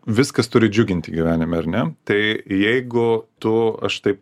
viskas turi džiuginti gyvenime ar ne tai jeigu tu aš taip